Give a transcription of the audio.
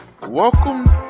welcome